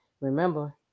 Remember